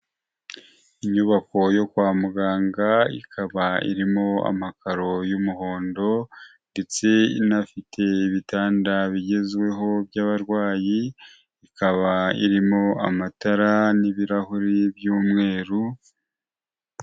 Inyubako yo kwa muganga ikaba irimo amakaro y'umuhondo ndetse inafite ibitanda bigezweho by'abarwayi, ikaba irimo amatara n'ibirahuri by'umweru.